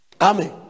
Amen